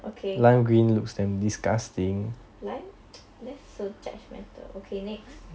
okay lime that's so judgemental okay next